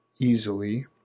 easily